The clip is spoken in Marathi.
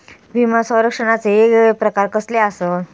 विमा सौरक्षणाचे येगयेगळे प्रकार कसले आसत?